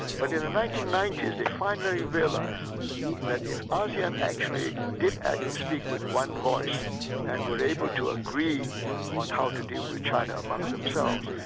but in the nineteen ninety s they finally realised that if asean actually did speak with one voice and was able to agree on how to deal with china among themselves,